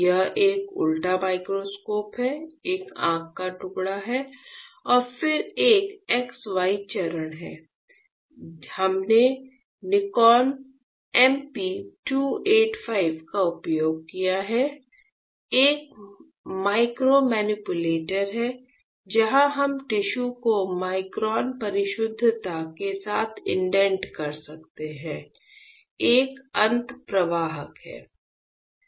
यह एक उल्टा माइक्रोस्कोप है एक आंख का टुकड़ा है और फिर एक X Y चरण है हमने निकॉन MP 285 का उपयोग किया है एक माइक्रोमैनिपुलेटर है जहां हम टिश्यू को माइक्रोन परिशुद्धता के साथ इंडेंट कर सकते हैं एक अंत प्रभावक है